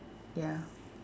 ya